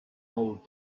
old